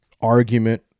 argument